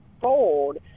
fold